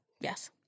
Yes